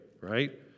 right